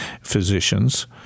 physicians